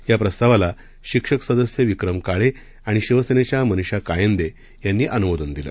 या प्रस्तावाला शिक्षक सदस्य विक्रम काळे आणि शिवसेनेच्या मनीषा कायंदे यांनी अनुमोदन दिलं